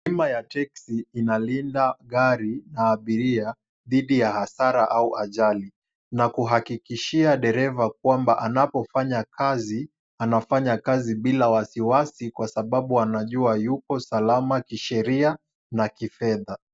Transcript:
Bima ya texi inalinda gari na abiria dhidi ya hasara au ajali, na kuhakikishia dereva kwamba anapofanya kazi, anafanya kazi bila wasiwasi kwa sababu anajua yupo salama kisheria na kifedha.